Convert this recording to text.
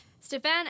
Stefan